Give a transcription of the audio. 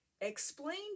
Explain